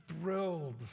thrilled